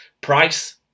Price